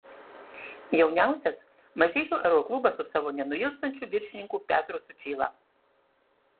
jauniausias mažeikių aeroklubas su savo nenuilstančiu viršininku petru sučyla